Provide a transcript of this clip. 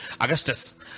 Augustus